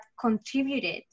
contributed